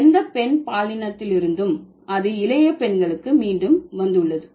எந்த பெண் பாலினத்திலிருந்தும் அது இளைய பெண்களுக்கு மீண்டும் வந்துள்ளது